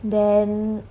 then